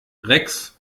rex